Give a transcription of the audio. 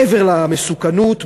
מעבר למסוכנות,